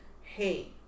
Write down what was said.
hey